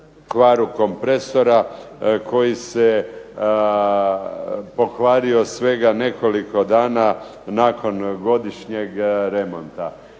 kvaru kompresora koji se pokvario svega nekoliko dana nakon godišnjeg remonta.